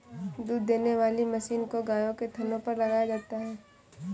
दूध देने वाली मशीन को गायों के थनों पर लगाया जाता है